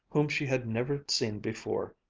whom she had never seen before,